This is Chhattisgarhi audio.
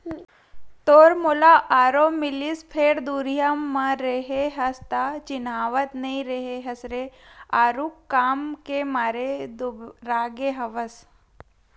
तोर मोला आरो मिलिस फेर दुरिहा म रेहे हस त चिन्हावत नइ रेहे हस रे आरुग काम के मारे दुबरागे हवस